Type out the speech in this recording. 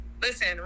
Listen